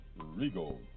Regal